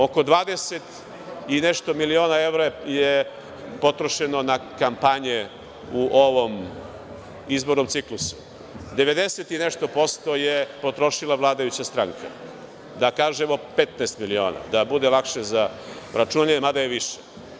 Oko 20 i nešto miliona evra je potrošeno na kampanje u ovom izbornom ciklusu, 90 i nešto posto je potrošila vladajuća stranka, da kažemo 15 miliona, da bude lakše za računanje, mada je više.